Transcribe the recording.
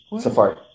Safari